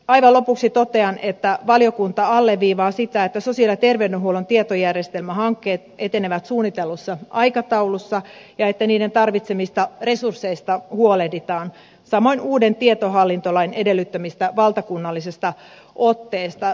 aivan lopuksi totean että valiokunta alleviivaa sitä että sosiaali ja terveydenhuollon tietojärjestelmähankkeet etenevät suunnitellussa aikataulussa ja että niiden tarvitsemista resursseista huolehditaan samoin uuden tietohallintolain edellyttämästä valtakunnallisesta otteesta